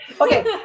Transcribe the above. Okay